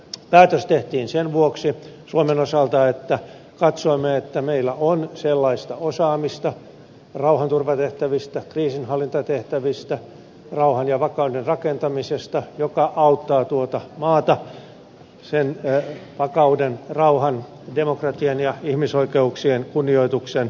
päätös tehtiin sen vuoksi suomen osalta että katsoimme että meillä on sellaista osaamista rauhanturvatehtävistä kriisinhallintatehtävistä rauhan ja vakauden rakentamisesta joka auttaa tuota maata sen vakauden rauhan demokratian ja ihmisoikeuksien kunnioituksen vahvistamiseksi